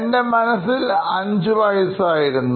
എൻറെ മനസ്സിൽ അഞ്ച് വൈസ് യിരുന്നു